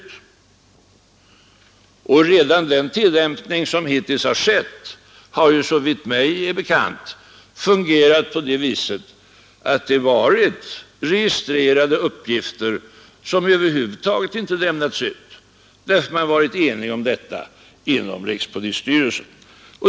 Redan den hittillsvarande ordningen har, såvitt mig är bekant, fungerat på det sättet att registrerade uppgifter i vissa fall över huvud taget inte lämnas ut, därför att man varit enig därom inom rikspolisstyrelsen.